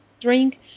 drink